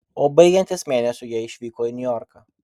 o baigiantis mėnesiui jie išvyko į niujorką